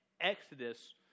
Exodus